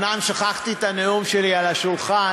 אומנם שכחתי את הנאום שלי על השולחן,